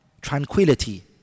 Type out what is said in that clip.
tranquility